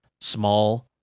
small